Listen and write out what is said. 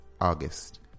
August